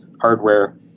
hardware